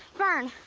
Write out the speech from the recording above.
fern,